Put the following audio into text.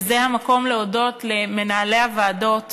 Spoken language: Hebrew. וזה המקום להודות למנהלי הוועדות